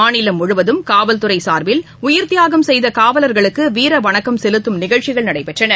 மாநிலம் முழுவதும் காவல்துறைசார்பில் உயிர்தியாகம் செய்தகாவலர்களுக்குவீரவணக்கம் செலுத்தும் நிகழ்ச்சிகள் நடைபெற்றன